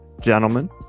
gentlemen